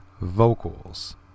vocals